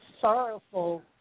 sorrowful